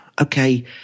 okay